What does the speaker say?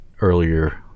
earlier